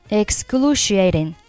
excruciating